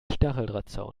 stacheldrahtzaun